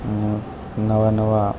અને નવા નવા